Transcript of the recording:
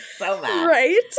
Right